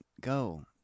Go